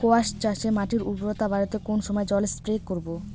কোয়াস চাষে মাটির উর্বরতা বাড়াতে কোন সময় জল স্প্রে করব?